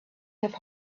have